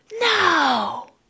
No